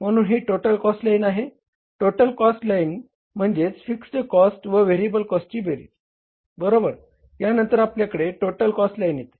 म्हणून ही total cost line आहे टोटल कॉस्ट म्हणजे फिक्स्ड कॉस्ट व व्हेरिएबल कॉस्टची बेरीज बरोबर यानंतर आपल्याकडे टोटल कॉस्ट लाईन येते